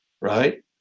right